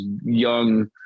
young